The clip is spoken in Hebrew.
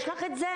האם יש לך את זה?